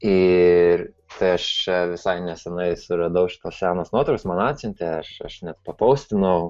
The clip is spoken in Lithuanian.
ir tai aš čia visai nesenai suradau šitas senas nuotraukas man atsiuntė aš aš net papostinau